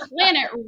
planet